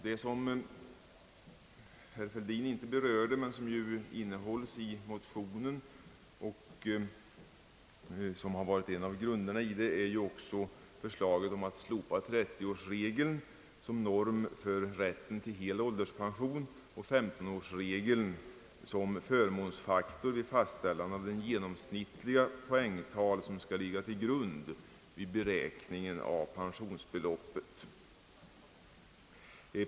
Det som herr Fälldin int2 berörde men som innehålles i motionen och som har varit en av grunderna i den är ju förslaget att slopa 30-årsregeln såsom norm för rätten till hel ålderspension och 15-årsregeln såsom förmånsfaktor vid fastställande av det genomsnittliga poängtal som skall ligga till grund vid beräkningen av pensionsbeloppet.